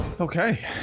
okay